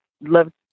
love